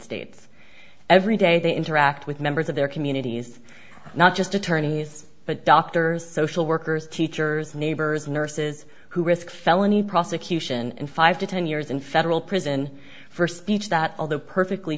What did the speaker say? states every day they interact with members of their communities not just attorneys but doctors social workers teachers neighbors nurses who risk felony prosecution and five to ten years in federal prison for speech that although perfectly